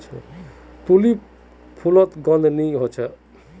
tulip फुलोत गंध नि होछे